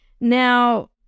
Now